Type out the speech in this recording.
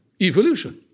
evolution